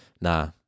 Nah